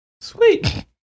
Sweet